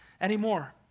anymore